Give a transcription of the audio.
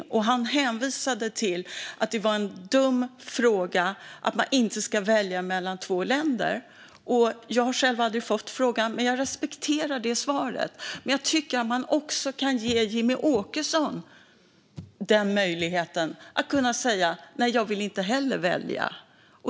Han sa att det var en dum fråga och att man inte ska välja mellan två länder. Jag har själv aldrig fått frågan, men jag respekterar det svaret. Men jag tycker att man också kan ge Jimmie Åkesson möjligheten att säga: Nej, jag vill inte heller välja.